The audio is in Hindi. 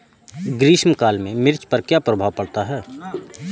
ग्रीष्म काल में मिर्च पर क्या प्रभाव पड़ता है?